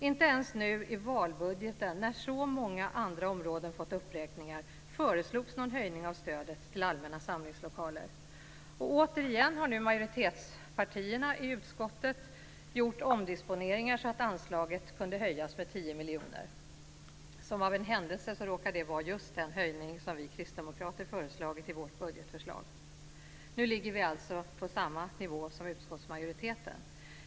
Inte ens nu i valbudgeten, när så många andra områden fått uppräkningar, föreslogs någon höjning av stödet till allmänna samlingslokaler. Återigen har nu majoritetspartierna i utskottet gjort omdisponeringar så att anslaget kunde höjas med 10 miljoner kronor. Som av en händelse råkar det vara just den höjning som vi kristdemokrater föreslagit i vårt budgetförslag. Nu ligger vi alltså på samma nivå som utskottsmajoriteten.